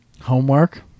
Homework